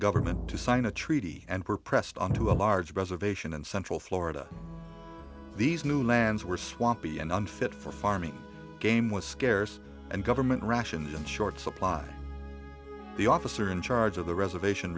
government to sign a treaty and were pressed on to a large reservation in central florida these new lands were swampy and unfit for farming game was scarce and government rations and short supply the officer in charge of the reservation